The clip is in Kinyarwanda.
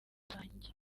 zanjye